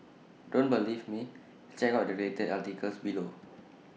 don't believe me check out the related articles below